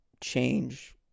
change